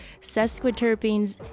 sesquiterpenes